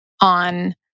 on